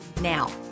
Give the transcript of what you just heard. now